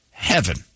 heaven